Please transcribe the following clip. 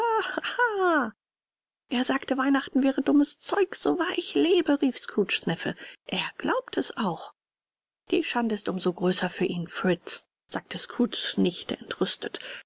er sagte weihnachten wäre dummes zeug so wahr ich lebe rief scrooges neffe er glaubt es auch die schande ist um so größer für ihn fritz sagte scrooges nichte entrüstet